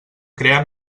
crear